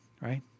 right